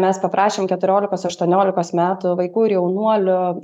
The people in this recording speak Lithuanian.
mes paprašėm keturiolikos aštuoniolikos metų vaikų ir jaunuolių